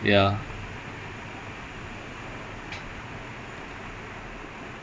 நல்ல:nalla tamil movie with my indian friends then you must put bracket tamil